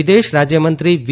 વિદેશ રાજ્યમંત્રી વી